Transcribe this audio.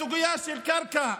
בסוגיה של קרקע,